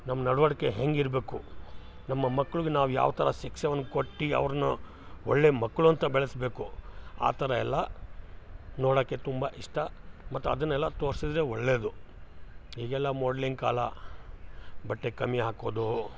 ನಮ್ಮ ನಡ್ವಳ್ಕೆ ಹೇಗಿರ್ಬೇಕು ನಮ್ಮ ಮಕ್ಳಿಗ್ ನಾವು ಯಾವ ಥರ ಸಿಕ್ಸೆವನ್ ಕೊಟ್ಟು ಅವ್ರನ್ನ ಒಳ್ಳೆಯ ಮಕ್ಕಳು ಅಂತ ಬೆಳೆಸ್ಬೇಕು ಆ ಥರ ಎಲ್ಲ ನೋಡಕ್ಕೆ ತುಂಬ ಇಷ್ಟ ಮತ್ತು ಅದನ್ನೆಲ್ಲ ತೋರ್ಸಿದ್ರೆ ಒಳ್ಳೆಯದು ಈಗೆಲ್ಲ ಮೋಡ್ಲಿಂಗ್ ಕಾಲ ಬಟ್ಟೆ ಕಮ್ಮಿ ಹಾಕೋದು